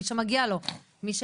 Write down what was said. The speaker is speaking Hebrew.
מי שמגיע לו,